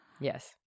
Yes